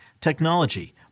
technology